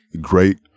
great